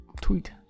tweet